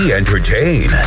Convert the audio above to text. entertain